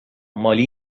مالی